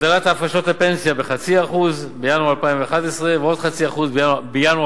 הגדלת ההפרשות לפנסיה ב-0.5% בינואר 2011 ועוד 0.5% בינואר